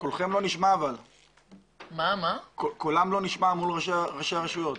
קולכם לא נשמע מול ראשי הרשויות.